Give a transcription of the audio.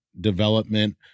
development